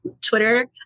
Twitter